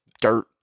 dirt